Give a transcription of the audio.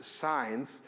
signs